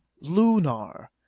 lunar